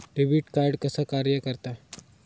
Debit card कसा कार्य करता?